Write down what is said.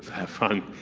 have fun,